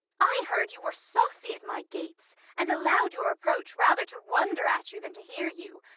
i heard you were saucy at my gates, and allow'd your approach rather to wonder at you than to hear you.